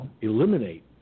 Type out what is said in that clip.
eliminate